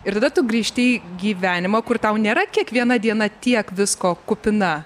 ir tada tu grįžti į gyvenimą kur tau nėra kiekviena diena tiek visko kupina